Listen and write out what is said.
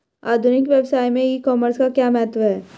आधुनिक व्यवसाय में ई कॉमर्स का क्या महत्व है?